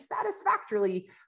satisfactorily